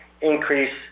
increase